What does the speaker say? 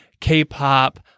K-pop